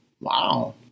Wow